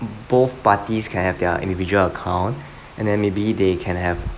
both parties can have their individual account and then maybe they can have